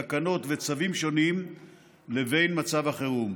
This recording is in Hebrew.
תקנות וצווים שונים לבין מצב החירום.